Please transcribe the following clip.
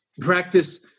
Practice